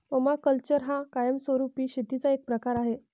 permaculture हा कायमस्वरूपी शेतीचा एक प्रकार आहे